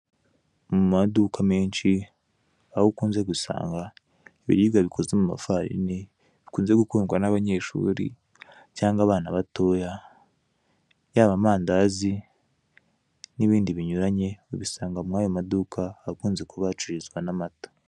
Mu maduka menshi aho ukunze gusanga ibiribwa bikoze muma farini, bikunze gukundwa na abanyeshuri cyangwa abana batoya, yaba amandazi, nibindi binyuranye ubisanga mwayo maduka ahakunzwe kuba hacururizwa na amata.